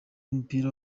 w’umupira